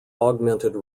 augmented